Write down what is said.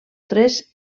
tres